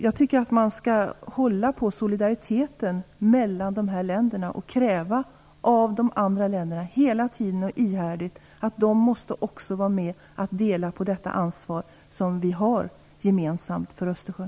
Jag tycker att man skall hålla på solidariteten mellan dessa länder och hela tiden ihärdigt kräva av de andra länder att de också måste vara med och dela på det ansvar som vi gemensamt har för Östersjön.